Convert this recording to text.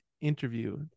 Interview